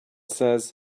says